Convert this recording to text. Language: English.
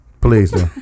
Please